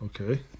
okay